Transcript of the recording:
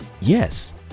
Yes